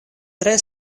tre